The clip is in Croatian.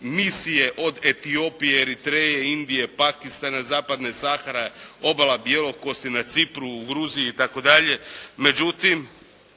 misije od Etiopije, Eritreje, Indije, Pakistana, Zapadne Sahara, obala Bjelokosti, na Cipru, u Gruziji i tako dalje. Međutim,